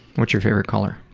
what's your favorite color?